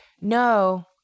no